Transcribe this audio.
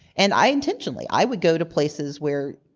and i intentionally, i would go to places where